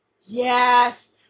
Yes